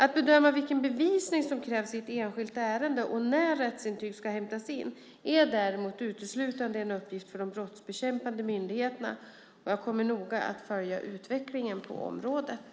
Att bedöma vilken bevisning som krävs i ett enskilt ärende och när rättsintyg ska hämtas in är däremot uteslutande en uppgift för de brottsbekämpande myndigheterna. Jag kommer att noga följa utvecklingen på området.